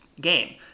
game